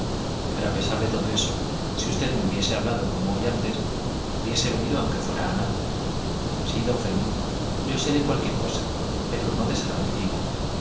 pero a pesar de todo eso si usted me hubiese hablado como hoy antes hubiese venido aunque fuera a nado sí don fermín yo seré cualquier cosa pero no desagradecida